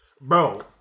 Bro